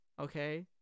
okay